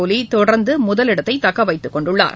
கோலி தொடர்ந்து முதலிடத்தை தக்க வைத்துக் கொண்டுள்ளார்